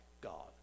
God